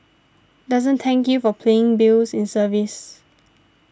doesn't thank you for paying bills in service